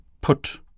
PUT